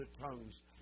tongues